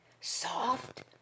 soft